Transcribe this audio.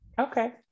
Okay